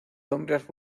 hombres